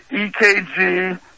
EKG